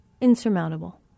Insurmountable